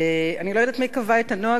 אני לא יודעת מי קבע את הנוהג הזה,